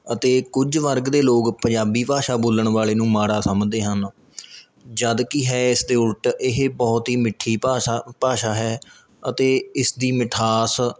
ਅਤੇ ਕੁਝ ਵਰਗ ਦੇ ਲੋਕ ਪੰਜਾਬੀ ਭਾਸ਼ਾ ਬੋਲਣ ਵਾਲੇ ਨੂੰ ਮਾੜਾ ਸਮਝਦੇ ਹਨ ਜਦ ਕਿ ਹੈ ਇਸ ਦੇ ਉਲਟ ਇਹ ਬਹੁਤ ਹੀ ਮਿੱਠੀ ਭਾਸਾ ਭਾਸ਼ਾ ਹੈ ਅਤੇ ਇਸਦੀ ਮਿਠਾਸ